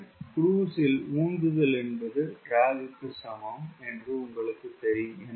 ஒரு க்ரூஸ் இல் உந்துதல் என்பது ட்ராக் க்கு சமம் என்று உங்களுக்குத் தெரியும்